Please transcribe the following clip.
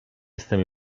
jestem